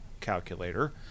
calculator